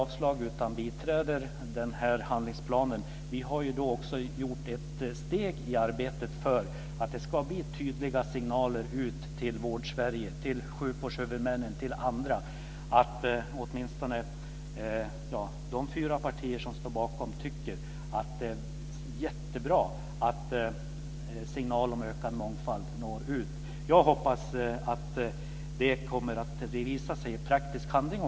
Vi som biträder den här handlingsplanen har också tagit steg i arbetet för att det ska bli tydliga signaler ut till Vårdsverige, till sjukvårdshuvudmännen och till andra om att åtminstone de fyra partier som står bakom handlingsplanen tycker att det är jättebra att det når ut signaler om ökad mångfald. Jag hoppas att detta kommer att visa sig också i praktisk handling.